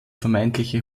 vermeintliche